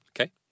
Okay